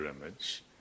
image